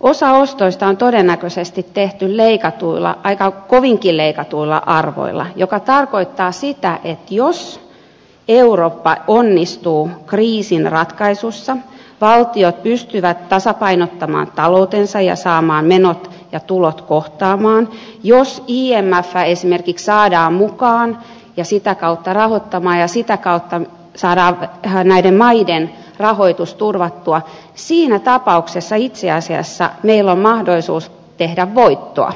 osa ostoista on todennäköisesti tehty aika kovinkin leikatuilla arvoilla mikä tarkoittaa sitä että jos eurooppa onnistuu kriisin ratkaisussa valtion pystyvät tasapainottamaan taloutensa ja saamaan menot ja tulot kohtaamaan jos imf esimerkiksi saadaan mukaan ja sitä kautta rahoittamaan ja sitä kautta saadaan näiden maiden rahoitus turvattua siinä tapauksessa itse asiassa meillä on mahdollisuus tehdä voittoa